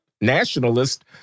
nationalist